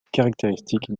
caractéristique